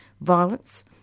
violence